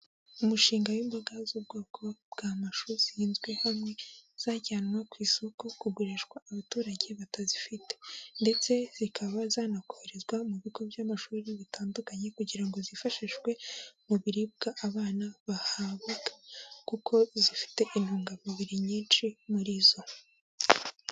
Umushinga w'imboga z'ubwoko bw'amashuri zihinzwe hamwe, zajyanwa ku isoko kugurishwa abaturage batazifite ndetse zikaba zanakorezwa mu bigo by'amashuri bitandukanye kugira ngo zifashishwe mu biribwa abana bahabwaga kuko zifite intungamubiri nyinshi muri zo.